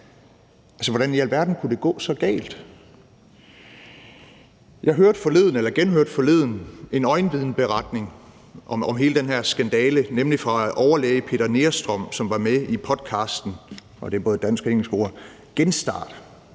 Altså, hvordan i alverden kunne det gå så galt? Jeg genhørte forleden en øjenvidneberetning om hele den her skandale, nemlig fra overlæge Peter Nerstrøm, som var med i podcasten – og det er både et dansk og et engelsk ord – »Genstart«,